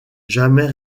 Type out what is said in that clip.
jamais